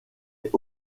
est